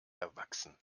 erwachsen